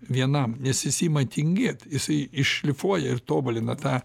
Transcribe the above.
vienam nes jis ima tingėt jisai iššlifuoja ir tobulina tą